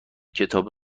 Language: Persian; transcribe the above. کتاب